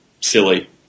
silly